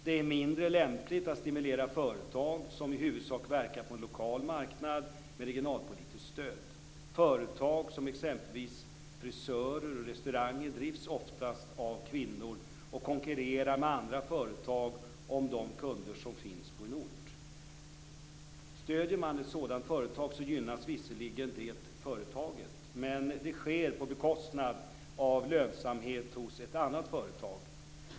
Det är mindre lämpligt att stimulera företag som i huvudsak verkar på en lokal marknad med regionalpolitiskt stöd. Företag som exempelvis frisörer och restauranger drivs ofta av kvinnor och konkurrerar med andra företag om de kunder som finns på en ort. Stöder man ett sådant företag gynnas visserligen det företaget, men det sker på bekostnad av lönsamheten hos ett annat företag.